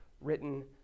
written